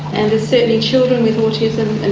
and certainly children with autism and